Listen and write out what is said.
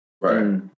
Right